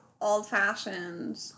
old-fashioned